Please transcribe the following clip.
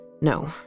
No